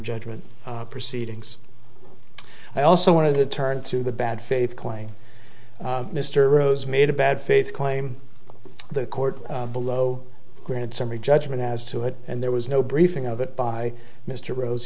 judgment proceedings i also want to turn to the bad faith claim mr rose made a bad faith claim the court below granted summary judgment as to it and there was no briefing of it by mr rose